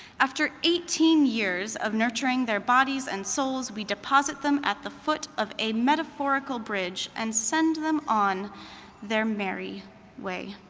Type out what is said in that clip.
after eighteen years of nurtureing their bodies and souls, we deposit them at the foot of a metaphorical bridge and send them on their merry way.